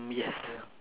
yes